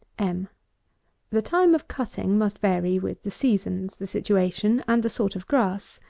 m the time of cutting must vary with the seasons, the situation, and the sort of grass.